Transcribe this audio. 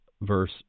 verse